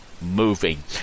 moving